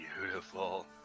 Beautiful